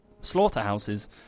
slaughterhouses